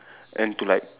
and to like